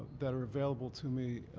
that are available to me